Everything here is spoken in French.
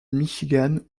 michigan